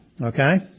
Okay